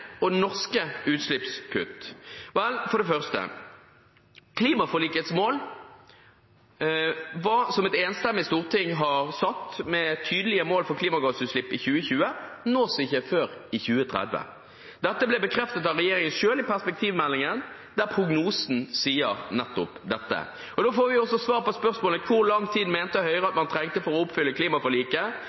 og norske utslippskutt? For det første: Klimaforlikets mål, som et enstemmig storting har satt med tydelige mål for klimagassutslipp i 2020, nås ikke før i 2030. Dette ble bekreftet av regjeringen selv i perspektivmeldingen, der prognosen sier nettopp dette. Der får vi også svar på spørsmålet: Hvor lang tid mente Høyre man trengte for å oppfylle klimaforliket?